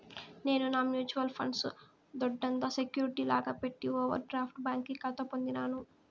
నేను నా mutual funds దొడ్డంత సెక్యూరిటీ లాగా పెట్టి ఓవర్ డ్రాఫ్ట్ బ్యాంకి కాతా పొందినాను